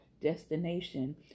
destination